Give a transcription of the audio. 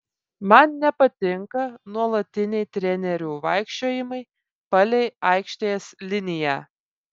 man nepatinka nuolatiniai trenerių vaikščiojimai palei aikštės liniją